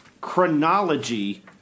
chronology